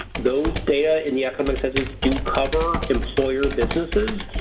those data in the economic census do cover employer businesses.